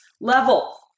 level